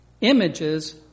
images